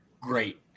great